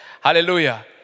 Hallelujah